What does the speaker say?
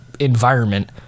environment